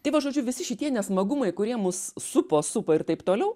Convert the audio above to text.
tai va žodžiu visi šitie nesmagumai kurie mus supo supa ir taip toliau